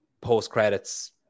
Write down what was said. post-credits